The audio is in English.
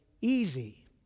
easy